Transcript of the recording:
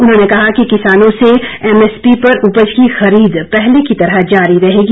उन्होंने कहा कि किसानों से एमएसपी पर उपज की खरीद पहले की तरह जारी रहेगी